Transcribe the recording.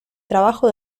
trabajo